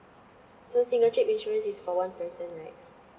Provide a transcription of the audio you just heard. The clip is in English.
so single trip insurance is for one person right